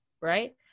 right